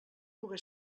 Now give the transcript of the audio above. puga